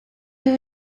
will